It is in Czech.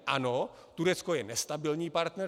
Ano, Turecko je nestabilní partner.